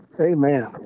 Amen